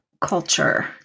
culture